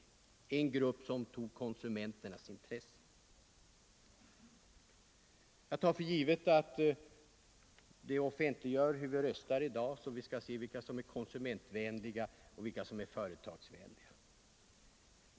Det var en grupp som tog konsumenternas parti. Jag tar för givet att det kommer att offentliggöras hur vi röstar i dag, och då skall man alltså kunna avläsa vilka som är konsumentvänliga och vilka som är företagsvänliga.